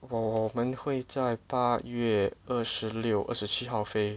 哦我们会在八月二十六二十七号飞